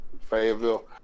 Fayetteville